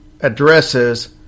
addresses